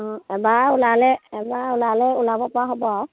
অঁ এবাৰ ওলালে এবাৰ ওলালে ওলাব পৰা হ'ব আৰু